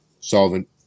solvent